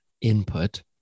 input